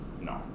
No